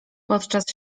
podczas